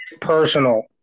personal